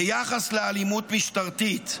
ביחס לאלימות משטרתית,